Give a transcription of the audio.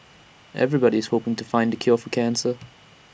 everyone's hoping to find the cure for cancer